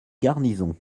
garnison